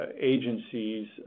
agencies